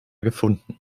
gefunden